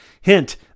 hint